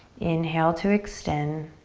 inhale to extend